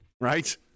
right